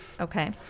Okay